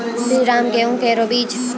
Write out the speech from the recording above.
श्रीराम गेहूँ केरो बीज?